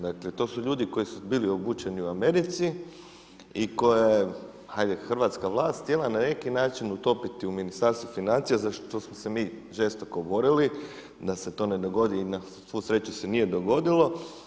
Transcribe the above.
Dakle, to su ljudi koji su bili obučeni u Americi i koja je, ajde, hrvatska vlast htjela na neki način utopiti u Ministarstvu financija, za što smo se mi žestoko borili, da se to ne dogodi i na svu sreću se nije dogodilo.